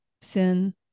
sin